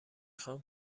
خوام